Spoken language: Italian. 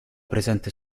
presente